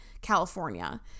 California